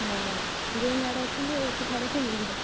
ହଁ ହିରୋଇନ୍ ଇଆଡ଼େ ଅଛନ୍ତି ଆଉ ସେ ସେଆଡ଼େ କେମିତି ଯିବ